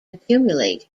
accumulate